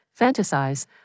fantasize